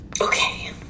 Okay